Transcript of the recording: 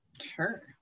Sure